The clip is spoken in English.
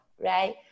right